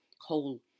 whole